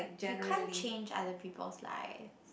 you can't change other people's life